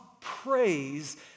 praise